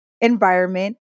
environment